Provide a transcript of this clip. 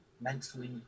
mentally